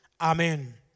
Amen